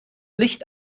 licht